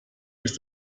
ist